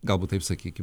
galbūt taip sakykim